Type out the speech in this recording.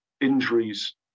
injuries